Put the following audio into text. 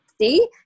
See